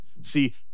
See